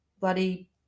bloody